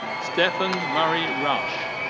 stephan murray rush.